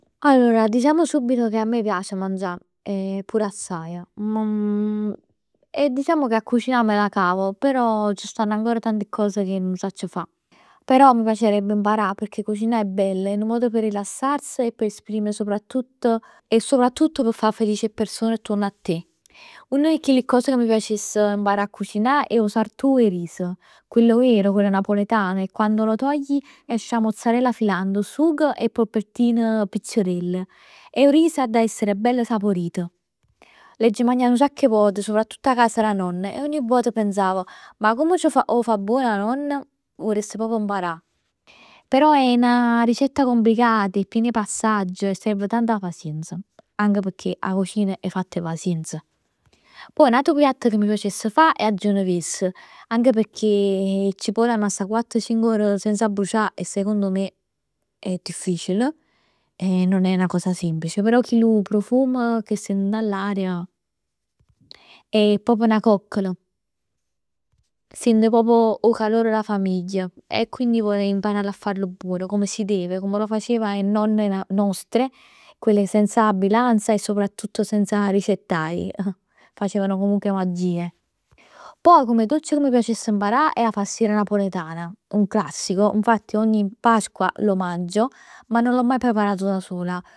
Allora diciamo subito che a me piace 'e mangià e pur assaje. E diciamo che a cucinà me la cavo, però ci stanno ancora tanti cos ca nun sacc fa. Però mi piacerebbe imparà, pecchè cucinà è bella, è nu modo p' rilassarsi e per esprimere soprattutto e soprattutto p' fa felici 'e persone attuorn a te. Uno 'e chelle cose ca m' piacess imparà a cucinà è 'o sartù 'e ris. Quello vero, quello napoletano e quando lo togli esce 'a mozzarella filante, 'o sugo e 'e porpettin piccirell. E 'o riso adda essere bello saporit. L'aggia magnat nu sacc 'e vote, soprattutt 'a casa d' 'a nonna e ogni vot pensav, ma come c' 'o fa buon, 'o fa buon 'a nonna? M' vuless proprj imparà, però è 'na ricetta complicata, è chien 'e passagg e serve tanta pazienza. Anche pecchè 'a cucinà è fatta 'e pazienza. Poj n'atu piatto ca m' piacess 'e fa è 'a genuves. Anche pecchè 'e cipolle hann sta quatt cinc'ore senza brucià e secondo me è difficil. E nun è 'na cosa semplice, però chillu profum ca sient dint 'a l'aria è proprio 'na coccol, sient proprio 'o calor d' 'a famiglia. Quindi vorrei impararlo a farlo buono, come si deve. Come lo facevano 'e nonne nost, quella senza bilancia e soprattutto senza ricettai. Facevano comunque magie. Poj come dolce ca mi piacess a imparà è 'a pastiera napoletana, un classico, infatti ogni Pasqua lo mangio, ma non l'ho mai preparata da sola.